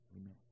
amen